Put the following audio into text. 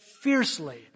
fiercely